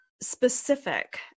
Specific